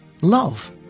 love